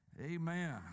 Amen